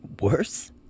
Worse